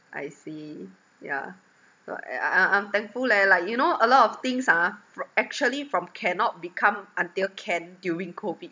I see yeah I I I'm thankful leh like you know a lot of things ah fr~ actually from cannot become until can during COVID